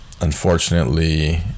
unfortunately